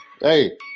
Hey